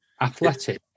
Athletic